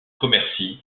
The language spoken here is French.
commercy